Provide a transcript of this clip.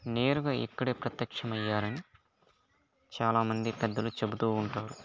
నేరుగా ఇక్కడే ప్రత్యక్షమయ్యారని చాలామంది పెద్దలు చెప్తూంటారు